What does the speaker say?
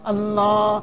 Allah